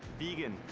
vegan.